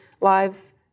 lives